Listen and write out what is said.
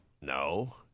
No